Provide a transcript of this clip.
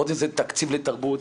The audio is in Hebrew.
עוד איזה תקציב לתרבות.